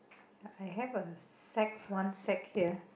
I have a sec one sat here